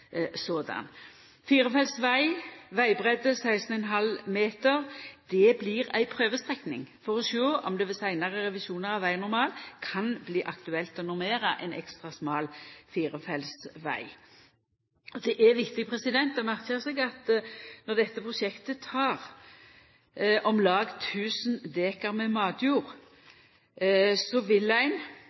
firefelts veg, med vegbreidd 16,5 meter. Det blir ei prøvestrekning for å sjå om det ved seinare revisjonar av vegnormalen kan bli aktuelt å normera ein ekstra smal firefelts veg. Det er viktig å merka seg at når dette prosjektet tek om lag 1 000 daa matjord, vil ein